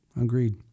Agreed